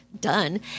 done